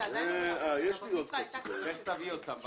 האלה נתנו מענה בתקנות שאנחנו מביאים לכאן היום.